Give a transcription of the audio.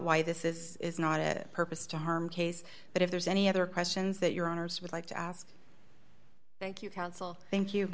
why this is is not a purpose to harm case but if there's any other questions that your honour's would like to ask thank you counsel thank you